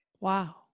wow